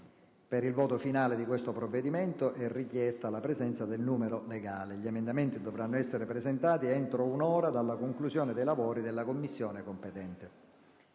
Per il voto finale di questo provvedimento è richiesta la presenza del numero legale. Gli emendamenti dovranno essere presentati entro un'ora dalla conclusione dei lavori della Commissione competente.